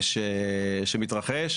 ההסמכה שמתרחש,